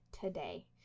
today